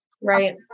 right